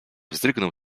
wzdrygnął